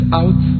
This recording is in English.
out